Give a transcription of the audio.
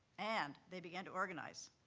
and they began to organize.